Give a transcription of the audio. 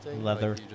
leather